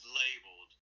labeled